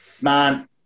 Man